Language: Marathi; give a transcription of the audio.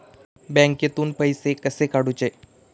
बँकेतून पैसे कसे काढूचे?